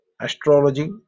astrology